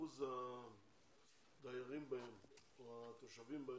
שאחוז הדיירים בהם או התושבים בהם,